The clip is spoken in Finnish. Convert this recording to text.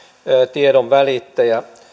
tiedonvälittäjä